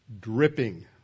dripping